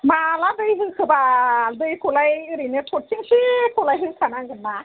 माला दै होखो बाल दैखौलाय ओरैनो थरथिंसे खौलाय होखा नांगोन ना